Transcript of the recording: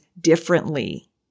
differently